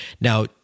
now